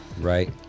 Right